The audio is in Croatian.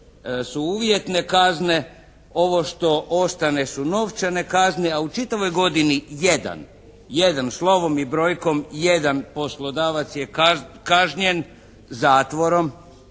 su uvjetne kazne. Ovo što ostane su novčane kazne. A u čitavoj godini jedan, slovom i brojkom, jedan poslodavac je kažnjen zatvorom,